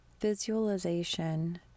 Visualization